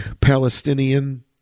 Palestinian